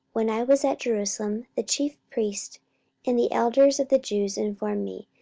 when i was at jerusalem, the chief priests and the elders of the jews informed me,